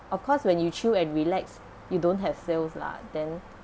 of course when you chill and relax you don't have sales lah then